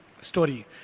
story